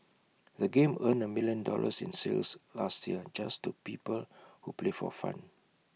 the game earned A million dollars in sales last year just to people who play for fun